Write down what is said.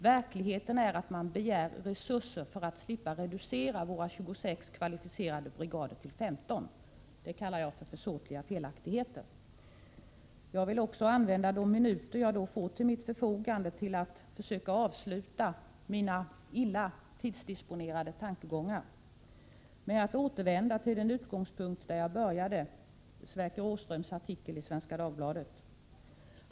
Verkligheten är att man begär resurser för att slippa reducera våra 26 kvalificerade brigader till 15. Det kallar jag försåtliga felaktigheter. Jag vill använda de minuter som jag har till mitt förfogande till att försöka avsluta mina illa tidsdisponerade tankegångar med att återvända till den utgångspunkt där jag började mitt huvudanförande, nämligen Sverker Åströms artikel i Svenska Dagbladet.